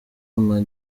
ama